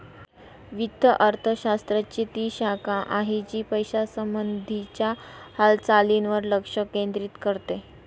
वित्त अर्थशास्त्र ची ती शाखा आहे, जी पैशासंबंधी च्या हालचालींवर लक्ष केंद्रित करते